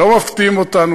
לא מפתיעים אותנו,